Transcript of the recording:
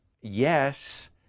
yes